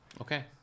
okay